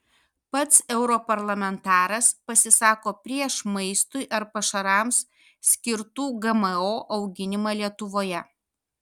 pats europarlamentaras pasisako prieš maistui ar pašarams skirtų gmo auginimą lietuvoje